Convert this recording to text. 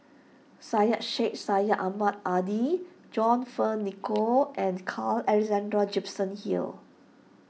Syed Sheikh Syed Ahmad Adi John Fearns Nicoll and Carl Alexander Gibson Hill